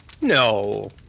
no